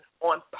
on